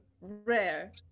rare